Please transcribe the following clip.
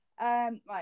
Right